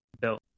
built